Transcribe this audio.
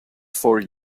for